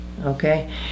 Okay